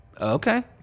Okay